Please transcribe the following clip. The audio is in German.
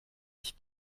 ich